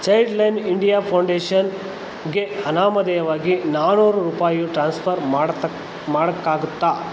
Childline India ಫೌಂಡೇಷನ್ಗೆ ಅನಾಮಧೇಯವಾಗಿ ನಾನ್ನೂರು ರೂಪಾಯಿಯು ಟ್ರಾನ್ಸ್ಫರ್ ಮಾಡ್ತಕ್ಕ ಮಾಡೋಕ್ಕಾಗತ್ತಾ